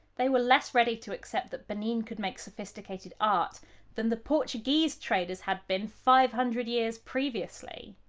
they were less ready to accept that benin could make sophisticated art than the portuguese traders had been five hundred years previously.